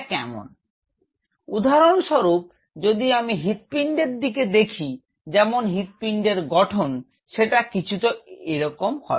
তো উদাহরণস্বরূপ যদি আমি হৃৎপিণ্ডের দিকে দেখি যেমন হৃৎপিণ্ডের গঠন সেটা কিছুটা এরকম হবে